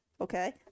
okay